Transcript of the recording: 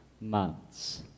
months